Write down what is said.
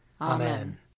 Amen